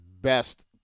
best